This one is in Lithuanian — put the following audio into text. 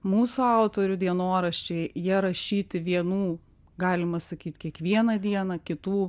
mūsų autorių dienoraščiai jie rašyti vienų galima sakyt kiekvieną dieną kitų